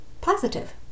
positive